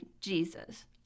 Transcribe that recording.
Jesus